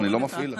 אני לא מפעיל לך,